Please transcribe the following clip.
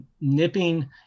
nipping